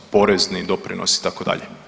Porezni, doprinosi, itd.